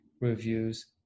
reviews